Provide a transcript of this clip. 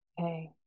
Okay